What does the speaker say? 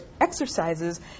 exercises